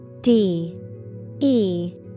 D-E-